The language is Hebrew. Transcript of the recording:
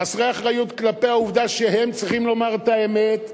חסרי אחריות כלפי העובדה שהם צריכים לומר את האמת,